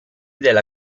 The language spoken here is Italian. della